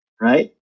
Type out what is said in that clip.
right